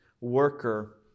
worker